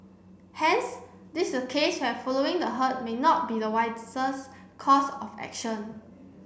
hence this is case have following the herd may not be the wisest course of action